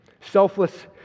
selfless